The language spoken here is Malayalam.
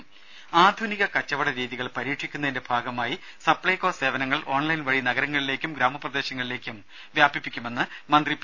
രുമ ആധുനിക കച്ചവട രീതികൾ പരീക്ഷിക്കുന്നതിന്റെ ഭാഗമായി സപ്പൈകോ സേവനങ്ങൾ ഓൺലൈൻ വഴി നഗരങ്ങളിലേക്കും ഗ്രാമപ്രദേശങ്ങളിലേക്കും വ്യാപിപ്പിക്കുമെന്ന് മന്ത്രി പി